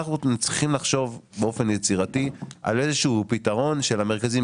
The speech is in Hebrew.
אנחנו צריכים לחשוב באופן יצירתי על איזשהו פתרון של המרכזים,